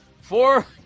Four